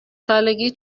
سالگی